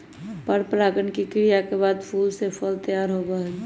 परागण के क्रिया के बाद फूल से फल तैयार होबा हई